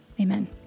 Amen